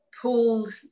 pulled